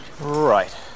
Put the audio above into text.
Right